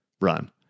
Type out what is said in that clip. run